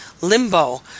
limbo